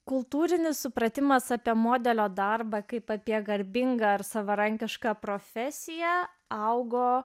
kultūrinis supratimas apie modelio darbą kaip apie garbingą ir savarankišką profesiją augo